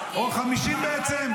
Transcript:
או 50,000 בעצם.